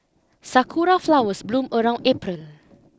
sakura flowers bloom around April